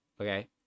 okay